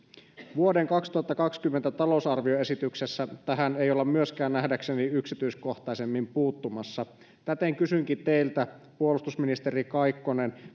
vuoden kaksituhattakaksikymmentä talousarvioesityksessä tähän ei olla nähdäkseni yksityiskohtaisemmin puuttumassa täten kysynkin teiltä puolustusministeri kaikkonen